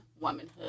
womanhood